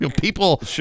People